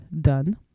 done